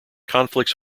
conflicts